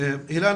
הילה,